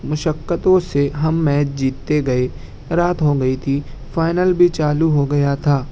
مشقتوں سے ہم میچ جیتتے گئے رات ہو گئی تھی فائنل بھی چالو ہو گیا تھا